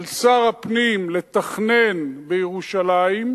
על שר הפנים לתכנן בירושלים,